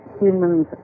Humans